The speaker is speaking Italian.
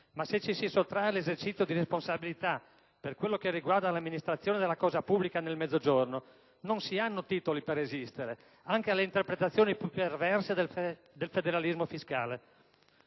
ma se ci si sottrae all'esercizio di responsabilità per quello che riguarda l'amministrazione della cosa pubblica nel Mezzogiorno, non si hanno titoli per resistere, anche alle interpretazioni più perverse del federalismo fiscale».